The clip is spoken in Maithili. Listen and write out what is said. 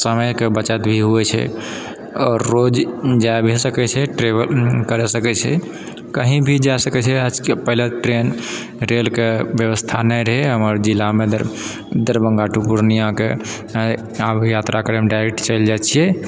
समयके बचत भी हुवै छै आओर रोज जाइ भी सकै छै ट्रेवल कैर सकै छै कहीं भी जा सकै छै आज पहिले ट्रेन रेलके व्यवस्था नहि रहै हमर जिलामे दरभङ्गा टू पूर्णियाके आइ आब यात्रा करैमे डायरेक्ट चलि जाइ छियै